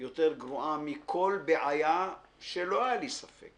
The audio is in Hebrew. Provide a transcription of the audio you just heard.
יותר גרועה מכל בעיה שלא היה לי ספק